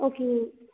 ஓகேங்க